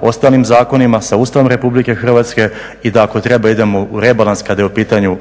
ostalim zakonima, sa Ustavom RH i da ako treba idemo u rebalans kada je u pitanju